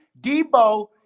Debo